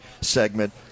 segment